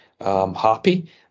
happy